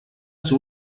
ser